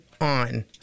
on